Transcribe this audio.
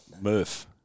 Murph